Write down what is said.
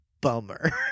bummer